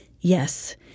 Yes